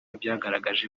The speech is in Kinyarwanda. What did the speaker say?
byagaragaje